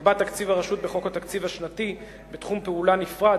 נקבע תקציב הרשות בחוק התקציב השנתי בתחום פעולה נפרד,